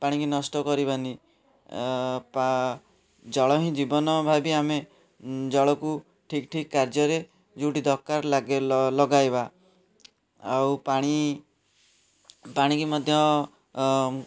ପାଣିକୁ ନଷ୍ଟ କରିବାନି ଜଳ ହିଁ ଜୀବନ ଭାବି ଆମେ ଜଳକୁ ଠିକ୍ ଠିକ୍ କାର୍ଯ୍ୟରେ ଯେଉଁଠି ଦରକାର ଲଗାଇବା ଆଉ ପାଣି ପାଣିକୁ ମଧ୍ୟ